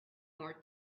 more